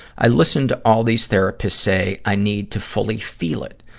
i listen to all these therapists say i need to fully feel it.